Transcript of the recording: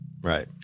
Right